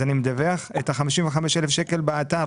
אז אני מדווח את ה-55,000 שקל באתר,